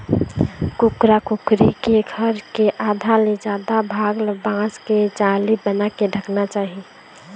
कुकरा कुकरी के घर के आधा ले जादा भाग ल बांस के जाली बनाके ढंकना चाही